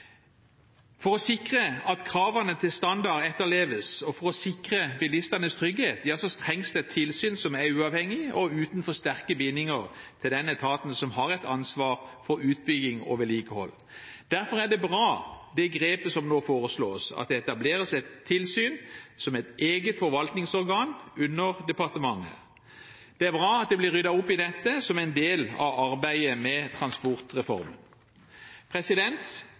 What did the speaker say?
For å sikre at kravene til standard etterleves, og for å sikre bilistenes trygghet, trengs det et tilsyn som er uavhengig og uten for sterke bindinger til den etaten som har et ansvar for utbygging og vedlikehold. Derfor er det bra, det grepet som nå foreslås, at det etableres et tilsyn som et eget forvaltningsorgan under departementet. Det er bra at det blir ryddet opp i dette som en del av arbeidet med transportreformen.